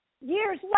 Years